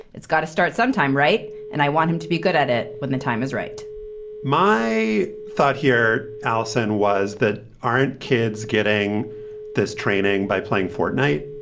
it's got to start sometime right. and i want him to be good at it when the time is right my thought here alison was that aren't kids getting this training by playing fortnight